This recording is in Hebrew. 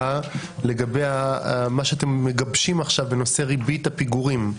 לגבי מה שאתם מגבשים עכשיו בנושא ריבית הפיגורים.